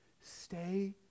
Stay